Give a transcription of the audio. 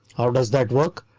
does that work?